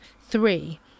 Three